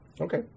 Okay